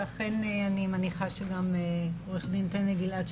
ואני מניחה שגם עו"ד טנא גלעד,